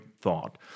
thought